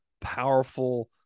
powerful